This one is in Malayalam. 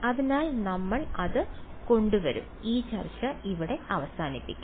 അതിനാൽ നമ്മൾ അത് കൊണ്ടുവരും ഈ ചർച്ച ഇവിടെ അവസാനിപ്പിക്കും